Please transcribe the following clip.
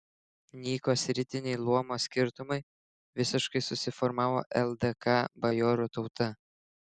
nyko sritiniai luomo skirtumai visiškai susiformavo ldk bajorų tauta